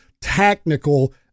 technical